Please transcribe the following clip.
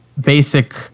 basic